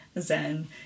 zen